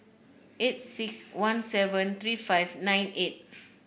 eight six one seven three five nine eight